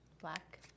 black